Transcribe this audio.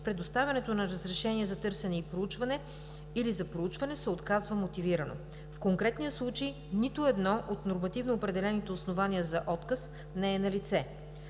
предоставянето на разрешение за търсене или проучване се отказва мотивирано. В конкретния случай нито едно от нормативно определените основания за отказ не е налице.